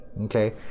okay